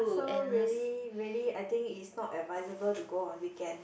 so really really I think is not advisable to go on weekends